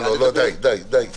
די, די.